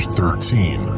Thirteen